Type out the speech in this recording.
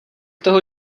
toho